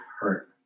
hurt